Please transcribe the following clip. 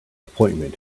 appointment